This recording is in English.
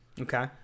Okay